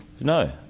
no